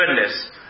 goodness